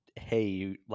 hey